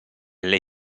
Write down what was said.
lei